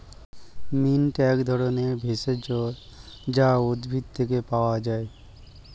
mint এক ধরনের ভেষজ যা উদ্ভিদ থেকে পাওয় যায়